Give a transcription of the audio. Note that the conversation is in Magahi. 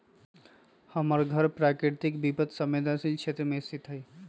हमर घर प्राकृतिक विपत संवेदनशील क्षेत्र में स्थित हइ